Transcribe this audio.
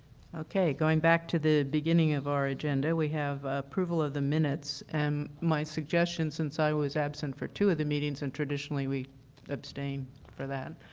okay, going back to the beginning of our agenda, we have approval of the minutes and my suggestion since i was absent for two of the meetings, and traditionally we abstained from that.